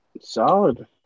Solid